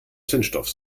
zündstoff